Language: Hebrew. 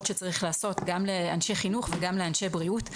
שצריך לעשות גם לאנשי חינוך וגם לאנשי בריאות,